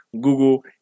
Google